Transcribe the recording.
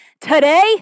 today